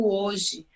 hoje